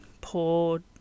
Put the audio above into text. poor